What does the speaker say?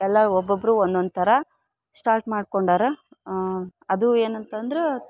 ಎಲ್ಲ ಒಬ್ಬೊಬ್ಬರು ಒನ್ನೊಂದು ಥರ ಸ್ಟಾರ್ಟ್ ಮಾಡ್ಕೊಂಡರ ಅದೂ ಏನಂತಂದ್ರ